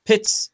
Pits